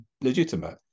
legitimate